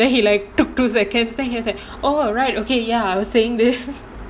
then he like took two seconds then he was like oh right okay ya I was saying this